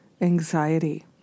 anxiety